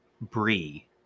Brie